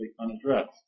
unaddressed